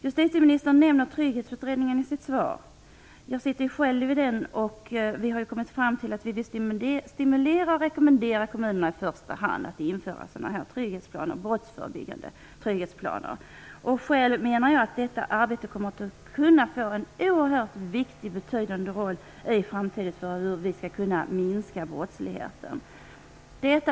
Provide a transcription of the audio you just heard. Justitieministern nämner Trygghetsutredningen i sitt svar. Jag sitter själv i den. Vi har kommit fram till att vi vill stimulera och rekommendera kommunerna att införa brottsförebyggande trygghetsplaner. Själv menar jag att detta arbete i framtiden kommer att kunna få en oerhört viktig och betydande roll när det gäller att minska brottsligheten.